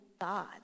God